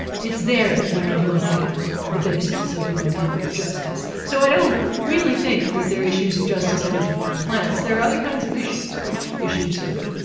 it's there that we can locate the basis of the idea of justice. so i don't really think that there are issues of justice having to do with plants. there are other kinds of issues issues of